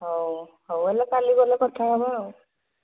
ହଉ ହଉ ହେଲେ କାଲି ଗଲେ କଥା ହବା ଆଉ